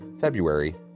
February